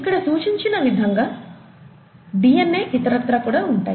ఇక్కడ సూచించిన విధంగా డిఎన్ఏ ఇతరత్రా కూడా ఉంటాయి